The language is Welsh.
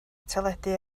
teledu